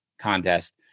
contest